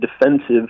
defensive